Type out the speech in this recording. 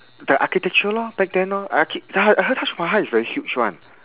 the architecture lor back then lor achi~ I heard I heard taj mahal is very huge one